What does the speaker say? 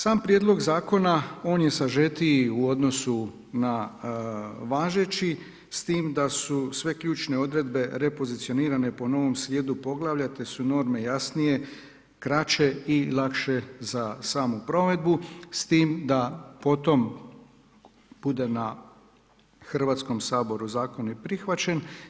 Sam prijedlog zakona on je sažetiji u odnosu na važeći, s tim da su sve ključne odredbe repozicionirane po novom slijedu poglavlja, te su norme jasnije, kraće i lakše za samu provedbu, s tim da potom bude na Hrvatskom saboru zakon je prihvaćen.